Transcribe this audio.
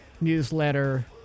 newsletter